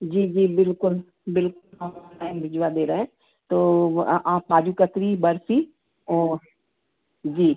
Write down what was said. जी जी बिल्कुल बिल्कुल ऑनलाइन भिजवा दे रहे हैं तो आप काजू कतली बर्फ़ी और जी